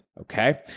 Okay